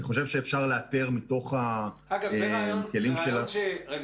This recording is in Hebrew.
אני חושב שאפשר לאתר מתוך הכלים שלנו --- אגב,